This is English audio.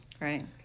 Right